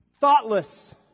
thoughtless